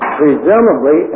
presumably